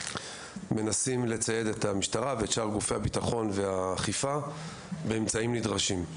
אנחנו מנסים לצייד את המשטרה ושאר גופי הביטחון והאכיפה באמצעים נדרשים.